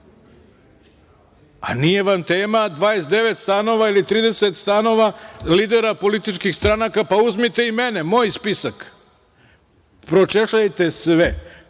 A nije vam tema 29 stanova ili 30 stanova lidera političkih stranaka. Pa uzmite i mene, moj spisak, pročešljajte sve.